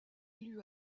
élu